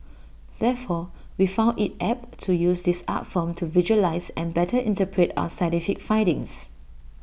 therefore we found IT apt to use this art form to visualise and better interpret our scientific findings